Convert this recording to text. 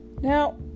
Now